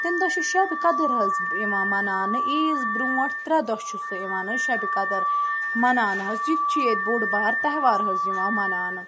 تَمہِ دۄہ چھِ شَبہِ قدٕر حظ یِوان مَناونہٕ عیٖز برٛونٛٹھ ترٛےٚ دۄہ چھُ سُہ یِوان حظ شَبہِ قدٕر مَناونہٕ حظ یہِ تہِ چھِ ییٚتہِ بوٚڈ بارٕ تہوار حظ یِوان مَناونہٕ